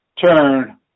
turn